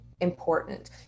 important